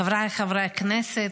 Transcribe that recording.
חבריי חברי הכנסת,